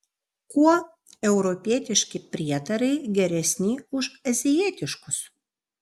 kuo europietiški prietarai geresni už azijietiškus